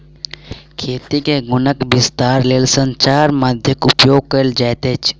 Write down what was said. खेती के गुणक विस्तारक लेल संचार माध्यमक उपयोग कयल जाइत अछि